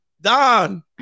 Don